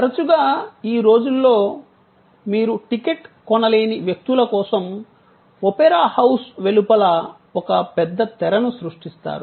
తరచుగా ఈ రోజుల్లో మీరు టికెట్ కొనలేని వ్యక్తుల కోసం ఒపెరా హౌస్ వెలుపల ఒక పెద్ద తెరను సృష్టిస్తారు